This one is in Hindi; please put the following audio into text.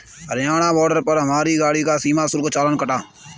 हरियाणा बॉर्डर पर हमारी गाड़ी का सीमा शुल्क चालान कटा